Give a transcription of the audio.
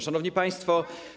Szanowni Państwo!